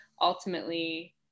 ultimately